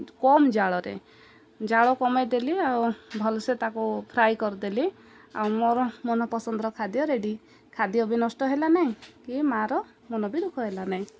କମ୍ ଜାଳରେ ଜାଳ କମେଇଦେଲି ଆଉ ଭଲସେ ତାକୁ ଫ୍ରାଏ କରିଦେଲି ଆଉ ମୋର ମନ ପସନ୍ଦର ଖାଦ୍ୟ ରେଡ଼ି ଖାଦ୍ୟ ବି ନଷ୍ଟ ହେଲା ନାହିଁ କି ମାଆର ମନ ବି ରୁଃଖ ହେଲା ନାହିଁ